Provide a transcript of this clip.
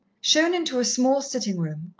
shown into a small sitting-room,